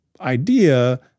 idea